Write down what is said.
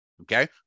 okay